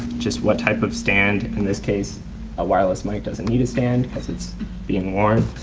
just what type of stand, in this case a wireless mic doesn't need a stand because it's being worn.